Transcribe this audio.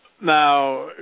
Now